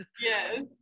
Yes